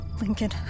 Lincoln